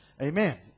Amen